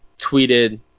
tweeted